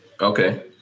Okay